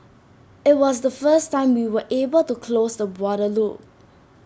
IT was the first time we were able to close the water loop